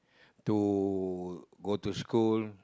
to go to school